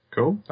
Cool